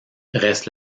reste